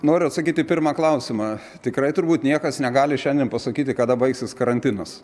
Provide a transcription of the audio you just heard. noriu atsakyt į pirmą klausimą tikrai turbūt niekas negali šiandien pasakyti kada baigsis karantinas